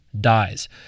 dies